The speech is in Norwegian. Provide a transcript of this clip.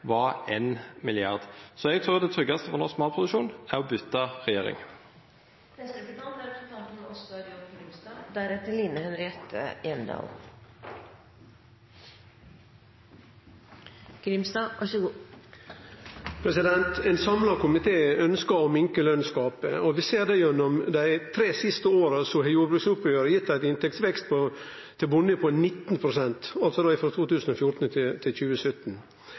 var 1 mrd. kr. Så eg trur det tryggaste for matproduksjon er å byta regjering. Ein samla komité ønskjer å minske lønnsgapet, og vi ser at dei tre siste åra, altså frå 2014 til 2017, har jordbruksoppgjeret gitt ein inntektsvekst til bonden på